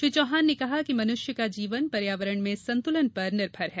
श्री चौहान ने कहा है कि मनुष्य का जीवन पर्यावरण में संतुलन पर निर्भर है